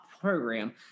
program